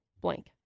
blank